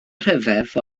ryfedd